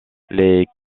les